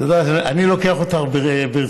את יודעת, אני לוקח אותך ברצינות.